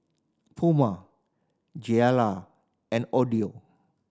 Puma Gilera and Odlo